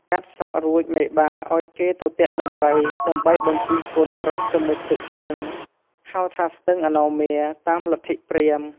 កាត់សក់រួចមេបា ឲ្យគេទៅទាក់ដំរី ដើម្បីបញ្ជិះកូនប្រុសទៅមុជទឹកស្ទឹង ហៅថាស្ទឺងអនោមា តាមព្រាហ្មណ៍ ។